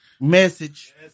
Message